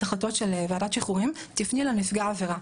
החלטות של ועדת שחרורים: תפני לנפגע העבירה.